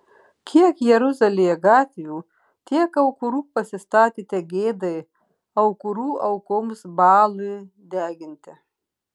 kiek jeruzalėje gatvių tiek aukurų pasistatėte gėdai aukurų aukoms baalui deginti